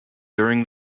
during